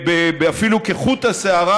אפילו כחוט השערה,